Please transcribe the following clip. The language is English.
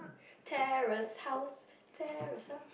terrace house terrace house